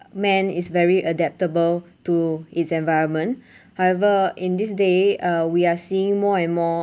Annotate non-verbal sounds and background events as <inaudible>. men is very adaptable to his environment <breath> however in this day uh we are seeing more and more